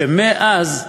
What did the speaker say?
שמאז,